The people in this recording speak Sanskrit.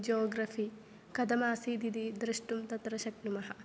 जोग्रफ़ि कथमासीदिति द्रष्टुं तत्र शक्नुमः